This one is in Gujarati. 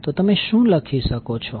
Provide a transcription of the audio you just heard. તો તમે શું લખી શકો છો